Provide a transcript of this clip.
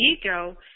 ego